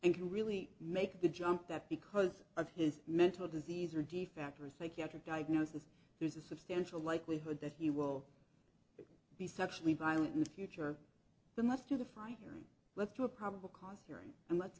and can really make the jump that because of his mental disease or defect or a psychiatric diagnosis there's a substantial likelihood that he will be sexually violent in the future the must do the firing let's do a probable cause hearing and let's